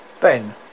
Ben